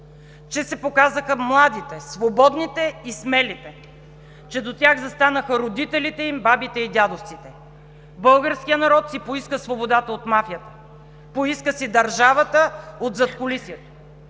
че се показаха младите, свободните и смелите, че до тях застанаха родителите им, бабите и дядовците! Българският народ си поиска свободата от мафията, поиска си държавата от задкулисието